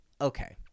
okay